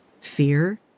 Fear